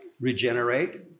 regenerate